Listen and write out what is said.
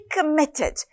committed